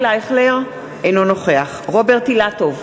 אינו נוכח רוברט אילטוב,